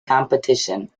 competition